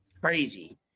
crazy